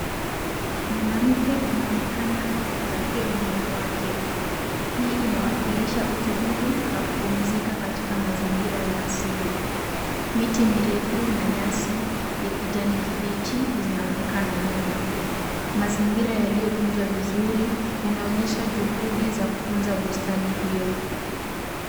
Mwanamke anaonekana akifurahia muda wake. Hii inawakilisha utulivu na kupumzika katika mazingira ya asili. Miti mirefu na nyasi ya kijani kibichi zinaonekana nyuma. Mazingira yaliyotunza vizuri yanaonyesha juhudi za kutunza bustani hiyo.